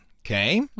okay